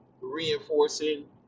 reinforcing